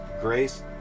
Grace